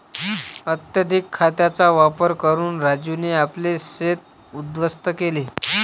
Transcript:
अत्यधिक खतांचा वापर करून राजूने आपले शेत उध्वस्त केले